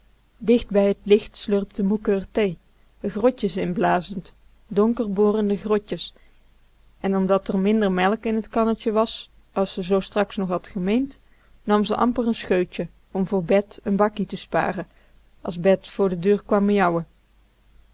bij t licht slurpte moeke r thee r grotjes in blazend donker borende grotjes en omdat r minder melk in t kannetje was as ze zoo straks nog had gemeend nam ze amper n scheutje om voor bet n bakkie te sparen as bet voor de deur kwam